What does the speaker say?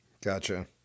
Gotcha